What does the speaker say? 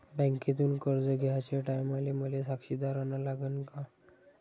बँकेतून कर्ज घ्याचे टायमाले मले साक्षीदार अन लागन का?